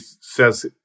says